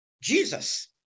Jesus